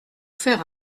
faire